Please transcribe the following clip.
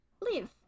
live